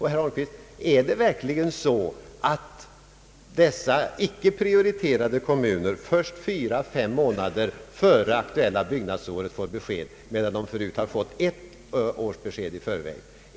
Herr Holmqvist, är det verkligen så att dessa icke prioriterade kommuner först 4—5 månader före det aktuella byggnadsåret får besked, medan de förut fått besked ett år i förväg?